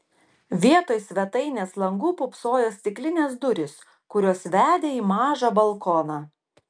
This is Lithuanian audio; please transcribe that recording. vietoj svetainės langų pūpsojo stiklinės durys kurios vedė į mažą balkoną